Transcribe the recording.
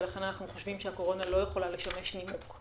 ולכן אנחנו חושבים שהקורונה לא יכולה לשמש נימוק,